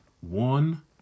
One